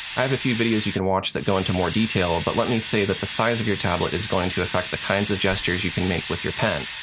i have a few videos you can watch that go into more detail, but let me say that the size of your tablet is going to affect the kinds of gestures you can make with your pen.